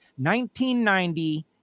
1990